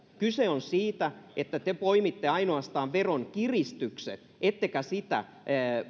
kyse on siitä että te poimitte ainoastaan veronkiristykset ettekä sitä